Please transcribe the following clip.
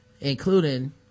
including